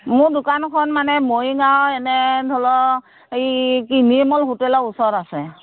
মোৰ দোকানখন মানে মৰিগাঁও এনে ধৰি লওক এই কি নিৰ্মল হোটেলৰ ওচৰত আছে